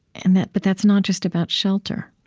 and that but that's not just about shelter.